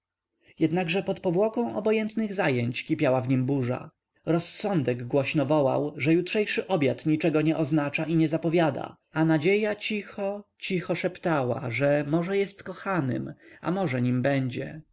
jednakże pod powłoką obojętnych zajęć kipiała w nim burza rozsądek głośno wołał że jutrzejszy obiad niczego nie oznacza i nie zapowiada a nadzieja cicho cicho szeptała że może jest kochanym a może dopiero nim będzie